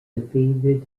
defeated